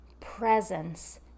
presence